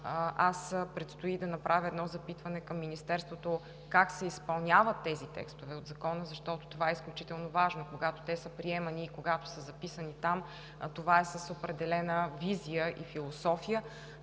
Предстои аз да направя едно запитване към Министерството как се изпълняват тези текстове от Закона, защото това е изключително важно. Когато те са приемани и когато са записани там, това е с определена визия и философия.